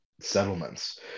settlements